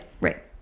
Right